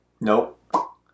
Nope